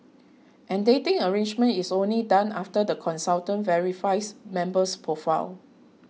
and dating arrangement is only done after the consultant verifies member's profile